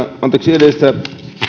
edellistä